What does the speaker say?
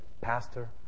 Pastor